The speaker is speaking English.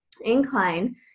incline